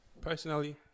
Personally